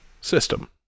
system